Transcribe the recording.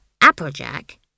Applejack